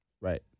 right